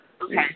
Okay